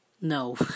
No